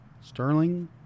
Sterling